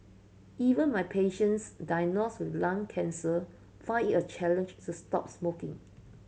even my patients diagnosed with lung cancer find it a challenge to stop smoking